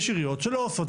יש עיריות שלא עושות.